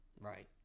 Right